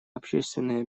общественные